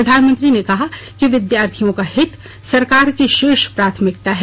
प्रधानमंत्री ने कहा कि विद्यार्थियों का हित सरकार की शीर्ष प्राथमिकता है